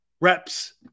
reps –